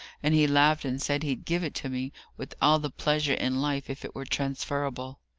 and he laughed and said he'd give it to me with all the pleasure in life if it were transferable.